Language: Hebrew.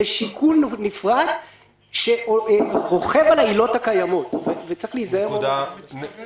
זה שיקול נפרד שרוכב על העילות הקיימות וצריך להיזהר מאוד בדבר הזה.